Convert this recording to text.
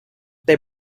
they